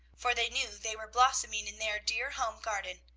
for they knew they were blossoming in their dear home garden.